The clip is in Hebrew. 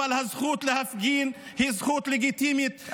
אבל הזכות להפגין היא זכות לגיטימית.